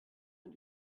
ein